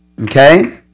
Okay